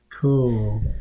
Cool